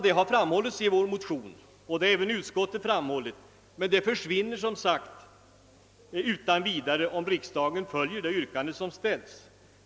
Det har framhållits i vår motion, och det har även utskottet gjort, men det försvinner som sagt utan vidare om vi följer det yrkan de som nu gjorts.